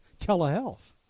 telehealth